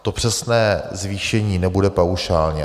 To přesné zvýšení nebude paušálně.